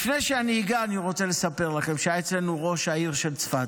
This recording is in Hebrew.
לפני שאני אגע אני רוצה לספר לכם שהיה אצלנו ראש העיר של צפת.